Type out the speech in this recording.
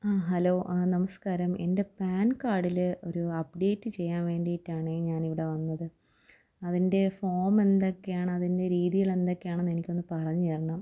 ആ ഹലോ ആ നമസ്കാരം എൻ്റെ പാൻ കാർഡില് ഒരു അപ്ഡേറ്റ് ചെയ്യാൻ വേണ്ടിയിട്ടാണ് ഞാൻ ഇവിടെ വന്നത് അതിൻ്റെ ഫോം എന്തൊക്കെയാണ് അതിൻ്റെ രീതികള് എന്തൊക്കെയാണെന്നെനിക്കൊന്ന് പറഞ്ഞുതരണം